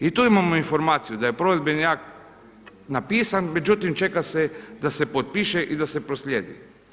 I tu imamo informaciju da je provedbeni akt napisan međutim čeka se da se potpiše i da se proslijedi.